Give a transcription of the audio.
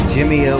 Jimmy